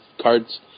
cards